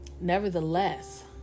nevertheless